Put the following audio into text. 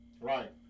Right